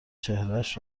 چهرهاش